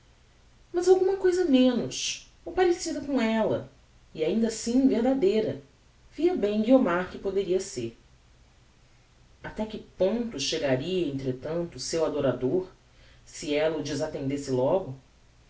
mas alguma cousa menos ou parecida com ella e ainda assim verdadeira via bem guiomar que o poderia ser até que ponto chegaria entretanto o seu adorador se ella o desattendesse logo